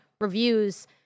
reviews